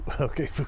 Okay